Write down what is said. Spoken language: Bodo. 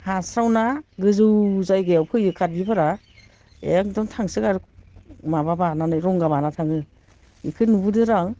हास्राव ना गोजौ जायगायाव फोयो कार्बिफोरा एकदम थांसोगारो माबा बानानै रंगा बानानै थाङो बेखौ नुबोदोर' आं